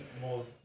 more